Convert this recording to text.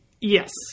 Yes